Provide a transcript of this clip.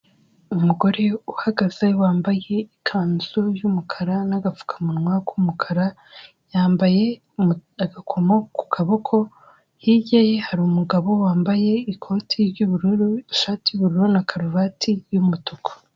Umugore uhagaze wambaye ikanzu y'umukara n'agapfukamunwa k'umukara, yambaye agakomo ku kaboko, hirya ye hari umugabo wambaye ikoti ry'ubururu, ishati y'ubururu na karuvati y'umutuku.